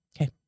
Okay